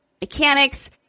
mechanics